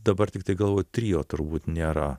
dabar tiktai galvoju trio turbūt nėra